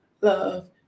Love